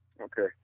Okay